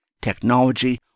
technology